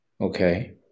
okay